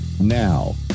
Now